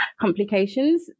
complications